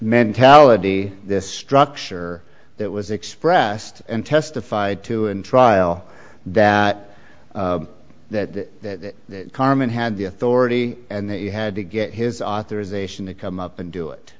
mentality this structure that was expressed in testified to in trial that that carmen had the authority and that you had to get his authorization to come up and do it